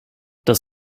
das